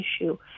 issue